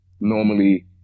normally